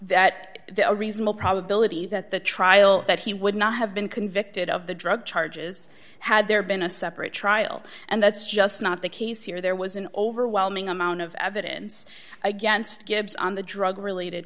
that the a reasonable probability that the trial that he would not have been convicted of the drug charges had there been a separate trial and that's just not the case here there was an overwhelming amount of evidence against gibbs on the drug related